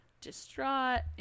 distraught